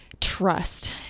trust